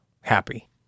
happy